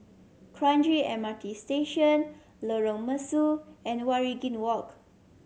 Kranji M R T Station Lorong Mesu and Waringin Walk